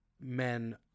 men